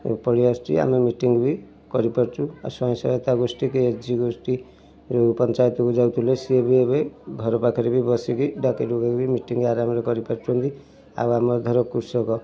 ଏବେ ପଳାଇ ଆସୁଛି ଆମେ ମିଟିଙ୍ଗ୍ ବି କରିପାରୁଛୁ ଆଉ ସ୍ଵୟଂ ସହାୟତା ଗୋଷ୍ଠୀ କି ଏଜି ଗୋଷ୍ଠୀ ରୁ ପଞ୍ଚାୟତକୁ ଯାଉଥିଲେ ସିଏ ବି ଏବେ ଘର ପାଖରେ ବି ବସିକି ଡାକି ଡୁକି କି ମିଟିଙ୍ଗ୍ ଆରାମରେ କରିପାରୁଛନ୍ତି ଆଉ ଆମର ଧର କୃଷକ